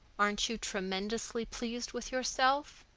aren't you tremendously pleased with yourself?